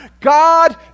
God